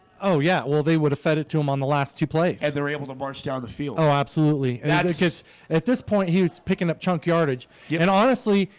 oh, yeah well, they would have fed it to him on the last two plays and they're able to march down the field. oh, absolutely that's just at this point. he was picking up chunk yardage. yeah, and honestly,